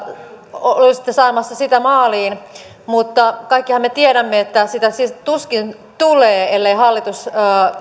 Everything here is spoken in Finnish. olisitte saamassa kilpailukykysopimusta maaliin mutta kaikkihan me tiedämme että sitä tuskin tulee ellei hallitus